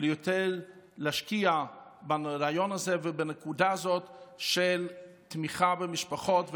ויותר להשקיע ברעיון הזה ובנקודה הזו של תמיכה במשפחות,